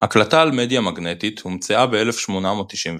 הקלטה על מדיה מגנטית הומצאה ב-1898